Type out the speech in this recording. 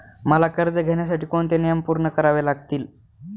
मला कर्ज घेण्यासाठी कोणते नियम पूर्ण करावे लागतील?